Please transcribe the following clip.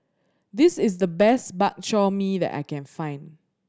this is the best Bak Chor Mee that I can find